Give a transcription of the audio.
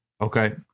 okay